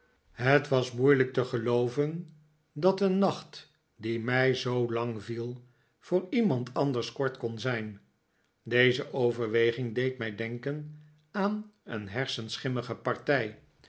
het was moeilijk te gelooven dat een nacht die mij zoo lang viel voor iemand anders kort kon zijn deze overweging deed mij denken aan een herschenschimmige partij